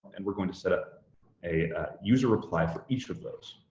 and we're going to set up a user reply for each of those.